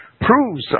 proves